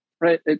right